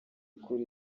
kuri